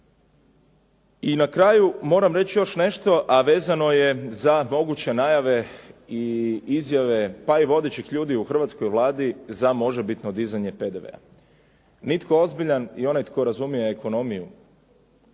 I na kraju moram reći još nešto a vezano je za moguće najave i izjave pa i vodećih ljudi u hrvatskoj Vladi za možebitno dizanje PDV-a. Nitko ozbiljan i onaj tko razumije ekonomiju